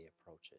approaches